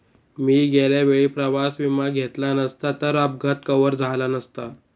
मी गेल्या वेळी प्रवास विमा घेतला नसता तर अपघात कव्हर झाला नसता